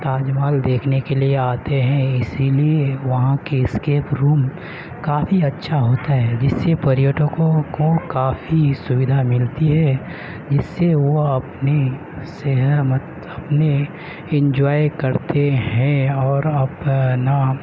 تاج محل دیکھنے کے لیے آتے ہیں اسی لیے وہاں کے اسکیپ روم کافی اچھا ہوتا ہے جس سے پریٹکوں کو کافی سویدھا ملتی ہے اس سے وہ اپنی سہنا مت اپنے انجوائے کرتے ہیں اور اپنا